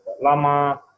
Lama